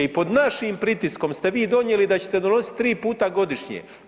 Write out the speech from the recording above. I pod našim pritiskom ste vi donijeli da ćete donositi tri puta godišnje.